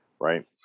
right